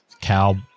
cow